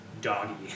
doggy